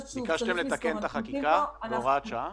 הם פועלים בהתאם לחוק, זה בסדר גמור,